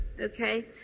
Okay